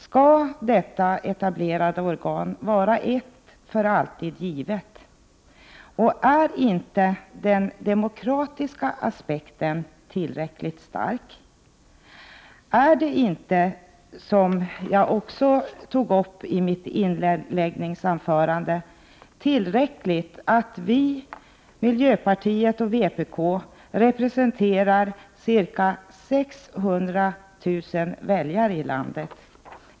Skall detta etablerade organ vara ett för alltid givet? Är inte den demokratiska aspekten tillräckligt stark? Är det inte, vilket jag också tog upp i mitt inledningsanförande, tillräckligt att miljöpartiet och vpk representerar ca 600 000 väljare i landet?